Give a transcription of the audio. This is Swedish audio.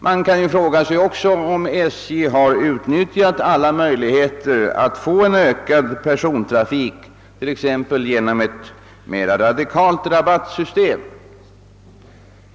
Man kan också fråga sig om SJ utnyttjat alla möjligheter att åstadkomma en ökad persontrafik, t.ex. genom ett mer radikalt rabattsystem.